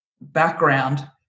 background